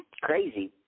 crazy